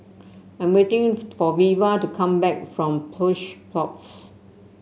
I am waiting for Veva to come back from Plush Pods